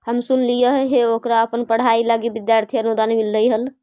हम सुनलिइ हे ओकरा अपन पढ़ाई लागी विद्यार्थी अनुदान मिल्लई हल